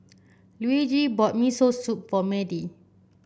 Luigi bought Miso Soup for Madie